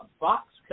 box